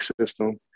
system